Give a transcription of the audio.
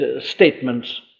statements